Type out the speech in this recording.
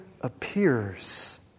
appears